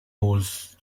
holds